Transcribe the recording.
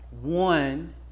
one